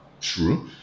true